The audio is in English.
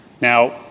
Now